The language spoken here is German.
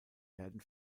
werden